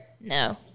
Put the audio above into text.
no